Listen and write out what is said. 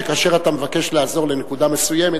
שכאשר אתה מבקש לעזור לנקודה מסוימת,